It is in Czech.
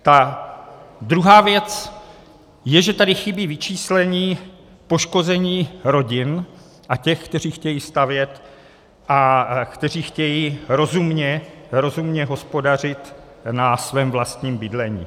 Ta druhá věc je, že tady chybí vyčíslení poškození rodin a těch, kteří chtějí stavět a kteří chtějí rozumně hospodařit na svém vlastním bydlení.